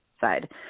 Side